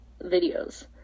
videos